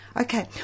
Okay